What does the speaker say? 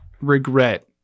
regret